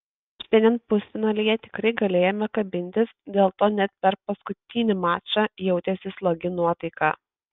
šiandien pusfinalyje tikrai galėjome kabintis dėl to net per paskutinį mačą jautėsi slogi nuotaika